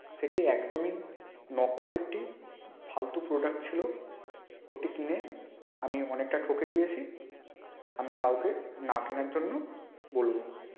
সেটি একদমই নকল একটি ফালতু প্রোডাক্ট ছিলো ওটি কিনে আমি অনেকটা ঠকে গিয়েছি আমি কাউকে না কেনার জন্য বলবো